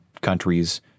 countries